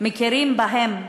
מכירים בהם,